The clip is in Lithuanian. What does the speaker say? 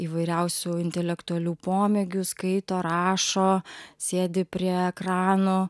įvairiausių intelektualių pomėgių skaito rašo sėdi prie ekranų